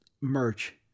merch